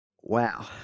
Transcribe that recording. Wow